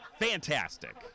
Fantastic